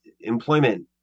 employment